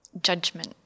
judgment